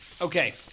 Okay